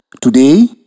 Today